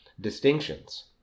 distinctions